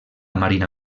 marina